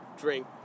drink